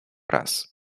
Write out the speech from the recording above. raz